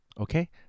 Okay